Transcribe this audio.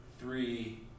Three